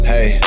Hey